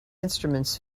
instruments